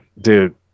dude